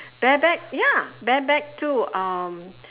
bare back ya bare back too um